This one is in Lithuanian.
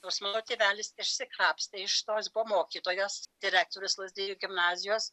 nors mano tėvelis išsikapstė iš tos buvo mokytojas direktorius lazdijų gimnazijos